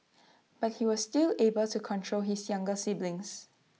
but he was still able to control his younger siblings